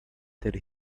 did